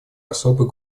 особый